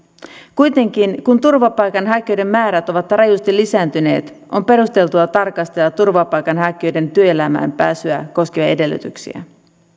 kuitenkin kun turvapaikanhakijoiden määrät ovat rajusti lisääntyneet on perusteltua tarkastella turvapaikanhakijoiden työelämään pääsyä koskevia edellytyksiä